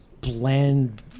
bland